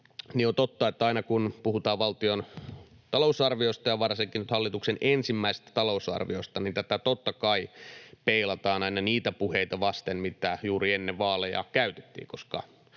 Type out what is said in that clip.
On totta, että aina kun puhutaan valtion talousarviosta ja varsinkin nyt hallituksen ensimmäisestä talousarviosta, niin tätä totta kai peilataan aina niitä puheita vasten, mitä juuri ennen vaaleja käytettiin,